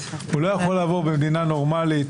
הוא לא יכול לעבור במדינה נורמלית,